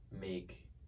make